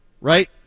right